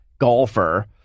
golfer